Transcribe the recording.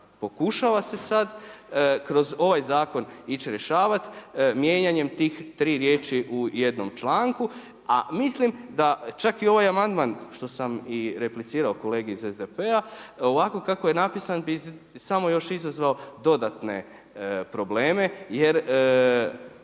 pokušava se sa kroz ovaj zakon ići rješavati, mijenjanjem tih tri riječi u jednom članku. A mislim da čak i ovaj amandman što sam i replicirao kolegi iz SDP-a ovako kako je napisan bi samo još izazvao dodatne probleme jer